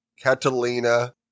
Catalina